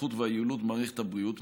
האיכות והיעילות במערכת הבריאות,